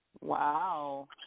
Wow